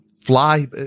fly